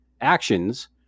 actions